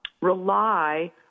rely